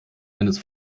eines